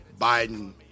Biden